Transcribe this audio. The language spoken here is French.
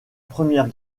première